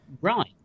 right